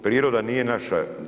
Priroda nije naša.